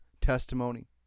testimony